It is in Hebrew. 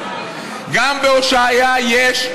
גם בהושעיה יש,